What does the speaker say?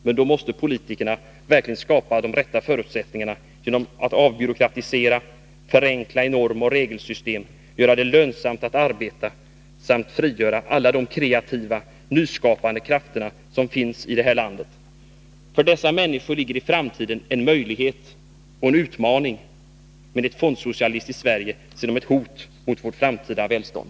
Men då måste politikerna verkligen skapa de rätta förutsättningarna genom att avbyråkratisera, förenkla i normoch regelsystem, göra det lönsamt att arbeta samt frigöra alla de kreativa, nyskapande krafter som finns i det här landet. För dessa människor ligger i framtiden en möjlighet och en utmaning — men i ett fondsocialistiskt Sverige ser de ett hot mot vårt framtida välstånd.